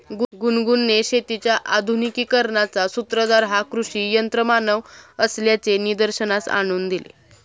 गुनगुनने शेतीच्या आधुनिकीकरणाचा सूत्रधार हा कृषी यंत्रमानव असल्याचे निदर्शनास आणून दिले